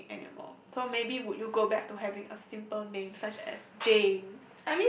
be unique anymore so maybe would you go back to having a simple name such as Jane